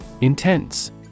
Intense